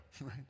right